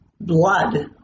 blood